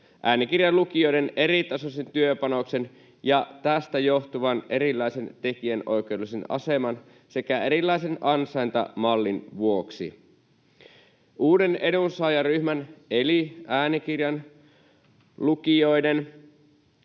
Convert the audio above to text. äänikirjan lukijoiden eritasoisen työpanoksen ja tästä johtuvan erilaisen tekijänoikeudellisen aseman sekä erilaisen ansaintamallin vuoksi. Uuden edunsaajaryhmän eli äänikirjan lukijoiden